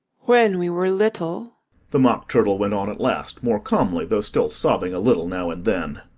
when we were little the mock turtle went on at last, more calmly, though still sobbing a little now and then,